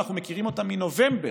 אנחנו מכירים אותם מנובמבר.